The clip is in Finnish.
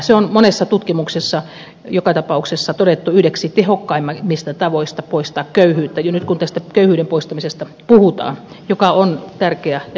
se on monessa tutkimuksessa joka tapauksessa todettu yhdeksi tehokkaimmista tavoista poistaa köyhyyttä jo nyt kun tästä köyhyyden poistamisesta puhutaan joka on tärkeä ja kipeä asia